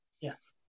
Yes